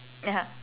ya